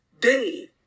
day